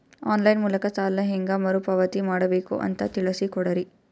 On line ಮೂಲಕ ಸಾಲ ಹೇಂಗ ಮರುಪಾವತಿ ಮಾಡಬೇಕು ಅಂತ ತಿಳಿಸ ಕೊಡರಿ?